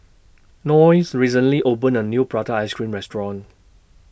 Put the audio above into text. Noes recently opened A New Prata Ice Cream Restaurant